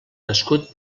nascut